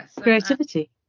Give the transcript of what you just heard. creativity